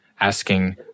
asking